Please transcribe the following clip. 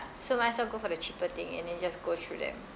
so might as well go for the cheaper thing and then just go through them